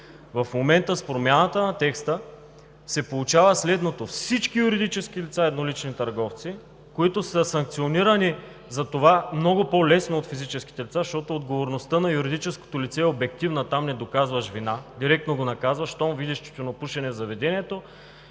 В момента с промяната на текста се получава следното – всички юридически лица –, еднолични търговци, които са санкиониранисанкционирани за това много по-лесно от физическите лица, защото отговорността на юридическото лице е обективна – там не доказваш вина, а директно го наказваш. Щом видиш тютюнопушене в заведението,